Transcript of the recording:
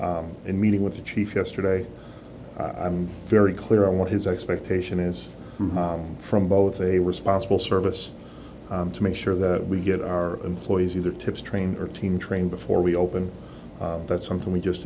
liquor and meeting with the chief yesterday i'm very clear on what his expectation is from both a responsible service to make sure that we get our employees either tips trained or team trained before we open that's something we just